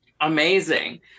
Amazing